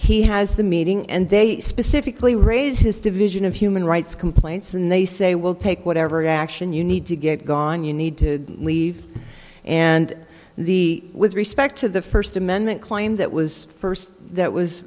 he has the meeting and they specifically raise his division of human rights complaints and they say will take whatever action you need to get gone you need to leave and the with respect to the first amendment claim that was first that was